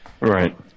right